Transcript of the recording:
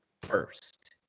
first